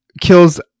kills